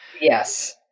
Yes